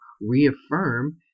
reaffirm